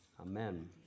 Amen